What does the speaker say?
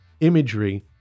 imagery